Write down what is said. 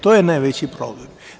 To je najveći problem.